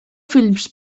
films